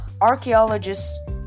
archaeologists